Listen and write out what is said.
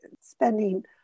spending